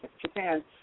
Japan